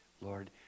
Lord